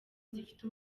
zifite